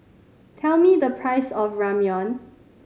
tell me the price of Ramyeon